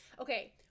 okay